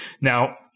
Now